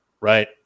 Right